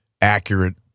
accurate